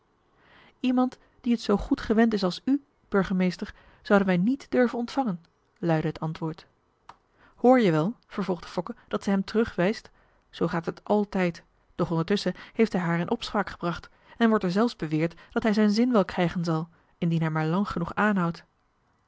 iemand die het zoo goed gewend is als u burgemeester zouden wij niet durven ontvangen luidde het antwoord hoor je wel vervolgde fokke dat ze hem terugwijst zoo gaat het altijd doch ondertusschen heeft hij haar in opspraak gebracht en wordt er zelfs beweerd dat hij zijn zin wel krijgen zal indien hij maar lang genoeg aanhoudt